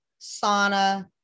sauna